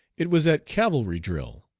it was at cavalry drill.